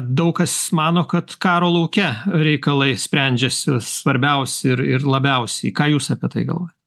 daug kas mano kad karo lauke reikalai sprendžiasi svarbiausi ir ir labiausiai ką jūs apie tai galvojat